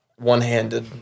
One-handed